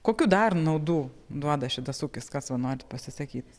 kokių dar naudų duoda šitas ūkis kas va norit pasisakyt